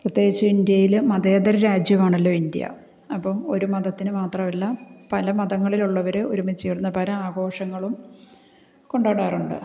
പ്രത്യേകിച്ച് ഇന്ത്യയിൽ മതേതര രാജ്യമാണല്ലോ ഇന്ത്യ അപ്പം ഒരു മതത്തിന് മാത്രല്ല പല മതങ്ങളിലുള്ളവർ ഒരുമിച്ചിരുന്ന് പല ആഘോഷങ്ങളും കൊണ്ടാടാറുണ്ട്